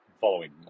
following